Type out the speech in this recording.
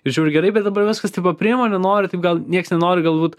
ir žiauriai gerai bet dabar viskas taip aprimo nenori taip gal nieks nenori galbūt